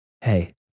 Hey